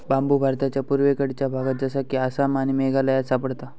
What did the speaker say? बांबु भारताच्या पुर्वेकडच्या भागात जसा कि आसाम आणि मेघालयात सापडता